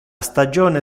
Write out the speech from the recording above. stagione